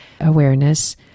awareness